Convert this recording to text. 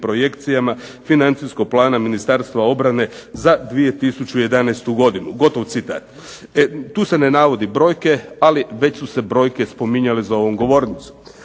financijskog plana Ministarstva obrane za 2011. godinu. Gotov citat. Tu se ne navode brojke, ali već su se brojke spominjale za ovom govornicom.